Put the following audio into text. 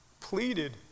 pleaded